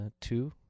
Two